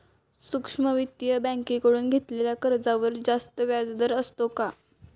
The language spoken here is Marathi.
सूक्ष्म वित्तीय बँकेकडून घेतलेल्या कर्जावर जास्त व्याजदर असतो का?